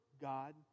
God